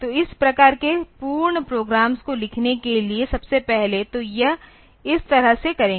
तो इस प्रकार के पूर्ण प्रोग्राम्स को लिखने के लिए सबसे पहले तो यह इस तरह से करेंगे